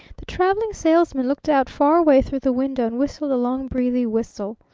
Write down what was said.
the traveling salesman looked out far away through the window and whistled a long, breathy whistle.